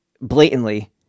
blatantly